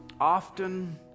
often